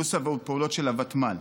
פלוס הפעולות של הוותמ"ל,